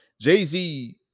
Jay-Z